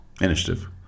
Initiative